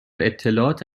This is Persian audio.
اطلاعات